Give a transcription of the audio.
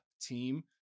team